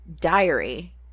diary